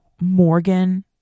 Morgan